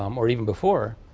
um or even before,